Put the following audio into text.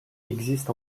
existent